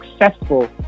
successful